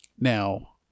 Now